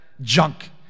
junk